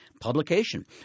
publication